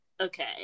Okay